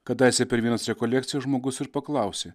kadaise per vienas rekolekcijas žmogus ir paklausė